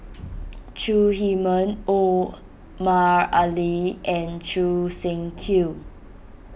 Chong Heman Omar Ali and Choo Seng Quee